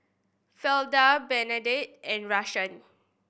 Fleda Bernadette and Rahsaan